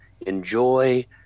enjoy